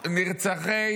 נרצחי